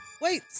wait